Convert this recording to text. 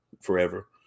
forever